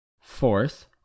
Fourth